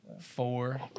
four